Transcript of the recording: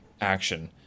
action